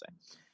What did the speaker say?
say